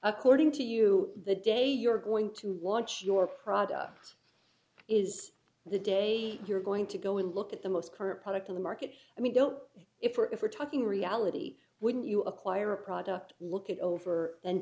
according to you the day you're going to launch your product is the day you're going to go and look at the most current product on the market and we don't if were if we're talking reality wouldn't you acquire a product look it over and